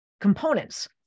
components